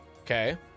okay